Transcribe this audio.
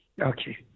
Okay